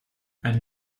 ein